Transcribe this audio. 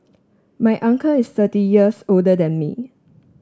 my uncle is thirty years older than me